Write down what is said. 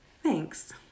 Thanks